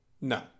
No